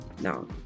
no